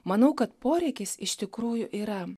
manau kad poreikis iš tikrųjų yra